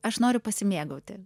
aš noriu pasimėgauti